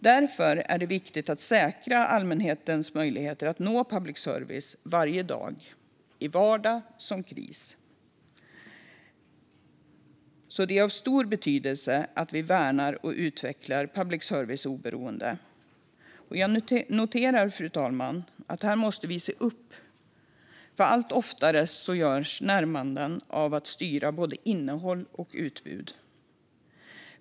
Därför är det viktigt att säkra allmänhetens möjligheter att varje dag nå public service, i såväl vardag som kris. Det är alltså av stor betydelse att vi värnar och utvecklar public services oberoende. Fru talman! Jag noterar att vi måste se upp här. Allt oftare görs närmanden mot att styra både innehåll och utbud.